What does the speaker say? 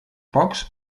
pocs